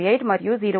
48 మరియు 0